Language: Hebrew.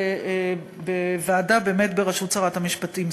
ובאמת בוועדה בראשות שרת המשפטים,